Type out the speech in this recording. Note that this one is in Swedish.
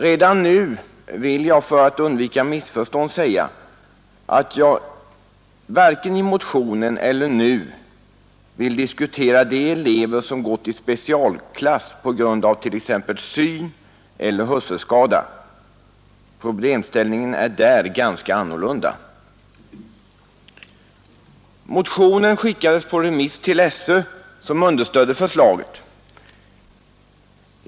Redan nu vill jag för att undvika missförstånd säga att jag varken i motionen eller nu diskuterar de elever som gått i specialklass på grund av t.ex. syneller hörselskada. Problemställningen är där ganska annorlunda. Motionen skickades på remiss till SÖ som understödde förslagen.